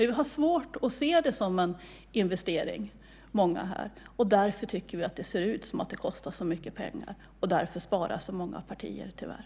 Vi har svårt att se det som en investering, och därför tycker vi att det ser ut att kosta så mycket pengar, och därför sparar så många partier, tyvärr.